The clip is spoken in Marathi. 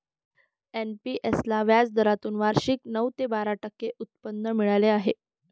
एन.पी.एस ला व्याजदरातून वार्षिक नऊ ते बारा टक्के उत्पन्न मिळाले आहे